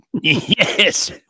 yes